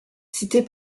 cités